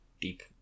deep